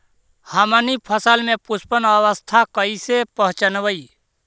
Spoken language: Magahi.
हमनी फसल में पुष्पन अवस्था कईसे पहचनबई?